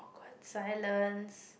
awkward silence